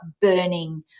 burning